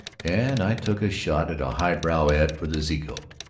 and i took a shot at a highbrow ad for the zeeco.